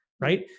Right